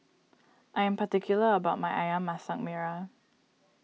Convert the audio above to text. I'm particular about my Ayam Masak Merah